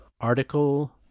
article